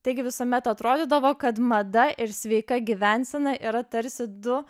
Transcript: taigi visuomet atrodydavo kad mada ir sveika gyvensena yra tarsi du